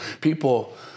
People